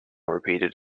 repeated